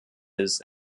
his